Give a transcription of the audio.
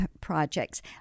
projects